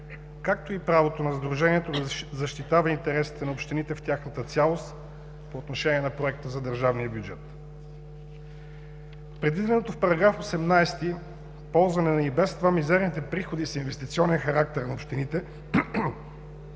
както и правото на Сдружението да защитава интересите на общините в тяхната цялост по отношение проекта за държавния бюджет. Предвиденото в § 18 ползване на и без това мизерните приходи с инвестиционен характер на общините